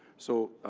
so